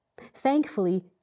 Thankfully